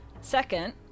Second